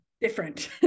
different